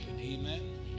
Amen